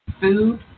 food